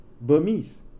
Burmese